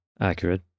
accurate